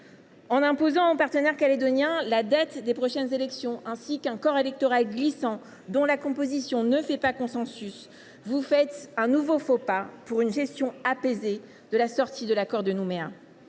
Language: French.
En imposant aux partenaires calédoniens la date des prochaines élections, ainsi qu’un corps électoral glissant dont la composition ne fait pas consensus, vous faites un nouveau faux pas, guère propice à une gestion apaisée de la sortie de l’accord de Nouméa,